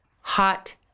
hot